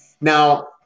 Now